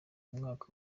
umwaka